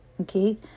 okay